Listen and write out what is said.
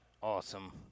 Awesome